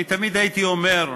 אני תמיד הייתי אומר,